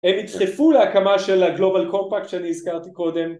הם נדחפו להקמה של הגלובל קורפק שאני הזכרתי קודם.